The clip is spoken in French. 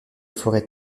forêts